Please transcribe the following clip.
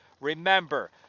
Remember